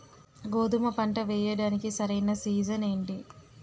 గోధుమపంట వేయడానికి సరైన సీజన్ ఏంటి?